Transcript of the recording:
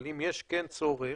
אבל אם יש כן צורך,